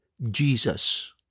Jesus